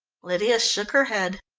lydia shook her head.